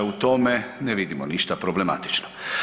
U tome ne vidimo ništa problematično.